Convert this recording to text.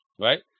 right